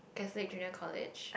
Catholic Junior College